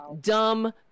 dumb